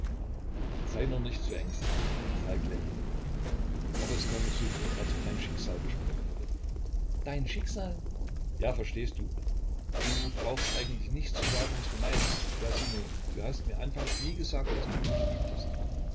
sei nur nicht so ängstlich falk lächelte aber es kam mir so vor als ob mein schicksal gesprochen hätte dein schicksal ja verstehst du du brauchst eigentlich nicht zu sagen was du meinst ja sieh nur du hast mir anfangs nie gesagt daß du mich liebtest